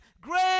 great